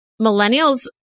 millennials